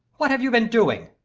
what have you been doing?